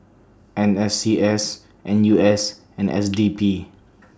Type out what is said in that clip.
N S C S N U S and S D P